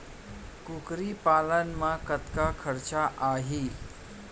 कुकरी पालन म कतका खरचा आही?